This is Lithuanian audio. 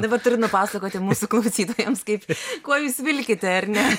dabar turiu nupasakoti mūsų klausytojams kaip kuo jūs vilkite ar ne